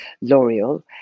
L'Oreal